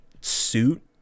suit